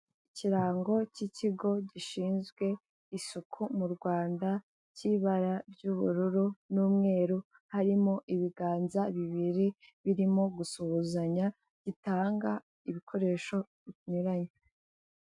Ikirango cy'ikigo gishinzwe isuku mu Rwanda cy'ibara ry'ubururu n'umweru, harimo ibiganza bibiri birimo gusuhuzanya, gitanga ibikoresho binyuranye.